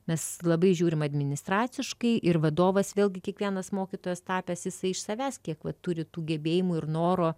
mes labai žiūrime administraciškai ir vadovas vėlgi kiekvienas mokytojas tapęs jisai iš savęs kiek va turi tų gebėjimų ir noro